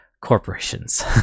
Corporations